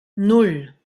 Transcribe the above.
nan